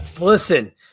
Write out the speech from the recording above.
Listen